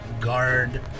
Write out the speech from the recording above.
guard